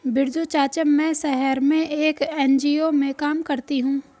बिरजू चाचा, मैं शहर में एक एन.जी.ओ में काम करती हूं